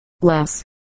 less